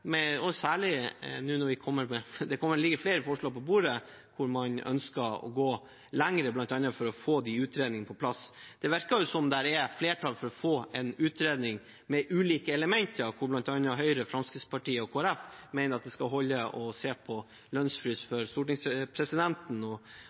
Det ligger flere forslag på bordet der man ønsker å gå lenger, bl.a. for å få utredninger på plass. Det virker som det er flertall for å få en utredning med ulike elementer, der bl.a. Høyre, Fremskrittspartiet og Kristelig Folkeparti mener at det skal holde å se på